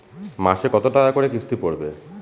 মাসে কত টাকা করে কিস্তি পড়বে?